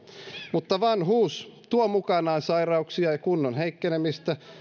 mutta vanhuus tuo mukanaan sairauksia ja kunnon heikkenemistä